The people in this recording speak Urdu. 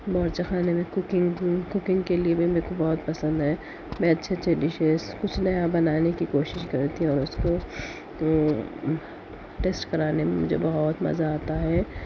باورچی خانہ میں کوکنگ کوکنگ کے لئے میرے کو بہت پسند ہے میں اچھے اچھے ڈشیز کچھ نیا بنانے کی کوشش کرتی ہوں اور اس کو ٹیسٹ کرانے میں مجھے بہت مزہ آتا ہے